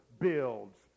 builds